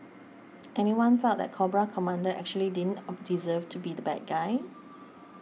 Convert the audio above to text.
anyone felt that Cobra Commander actually didn't deserve to be the bad guy